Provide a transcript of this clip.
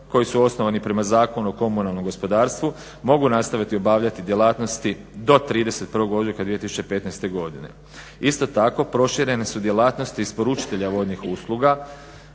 koji su osnovani prema Zakonu o komunalnom gospodarstvu mogu nastaviti obavljati djelatnosti do 31. ožujka 2015. godine. Isto tako proširene su djelatnosti isporučitelja vodnih usluga